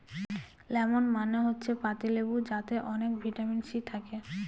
lemon মানে হচ্ছে পাতি লেবু যাতে অনেক ভিটামিন সি থাকে